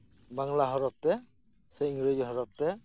ᱵᱟᱝᱞᱟ ᱦᱚᱨᱚᱯ ᱛᱮ ᱥᱮ ᱤᱝᱨᱟᱹᱡᱤ ᱦᱚᱨᱚᱯ ᱛᱮ